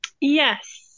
yes